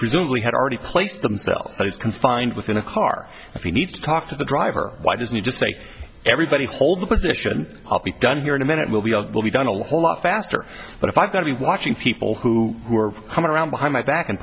presumably had already placed themselves that is confined within a car if you need to talk to the driver why didn't you just say everybody hold the position up be done here in a minute we'll be all will be done a lot faster but if i've got to be watching people who were coming around behind my back and